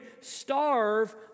starve